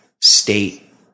State